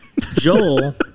Joel